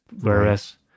Whereas